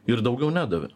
ir daugiau nedavė